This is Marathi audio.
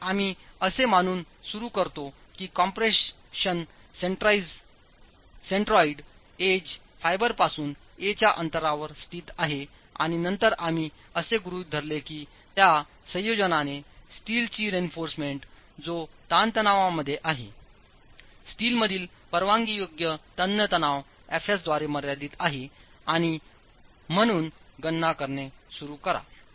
तर आम्ही असे मानून सुरू करतो की कम्प्रेशन सेंटरॉईडएज फायबरपासून a च्या अंतरावरस्थित आहेआणि नंतर आम्ही असे गृहित धरले की त्या संयोजनानेस्टीलची रेइन्फॉर्समेंट जो ताणतणावामध्ये आहेस्टीलमधीलपरवानगीयोग्य तन्य तणाव Fs द्वारे मर्यादित आहे आणि म्हणूनगणना करणे सुरू करा